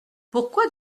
pourquoi